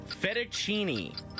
Fettuccine